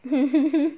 um